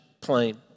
plane